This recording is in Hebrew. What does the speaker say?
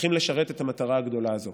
צריכים לשרת את המטרה הגדולה הזאת.